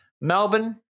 Melbourne